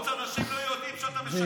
אתה חושב שבחוץ אנשים לא יודעים שאתה משקר.